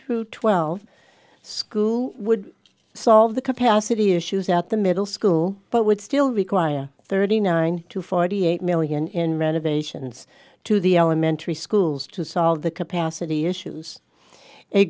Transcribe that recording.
through twelve school would solve the capacity issues out the middle school but would still require thirty nine to forty eight million in renovations to the elementary schools to solve the capacity issues